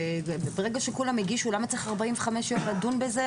ברגע שכולם הגישו למה צריך 45 יום לדון בזה?